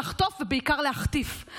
לחטוף ובעיקר להחטיף.